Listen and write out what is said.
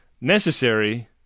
Necessary